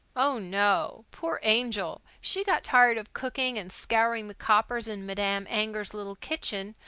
ah, no. poor angel! she got tired of cooking and scouring the coppers in madame anger's little kitchen,